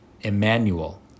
Emmanuel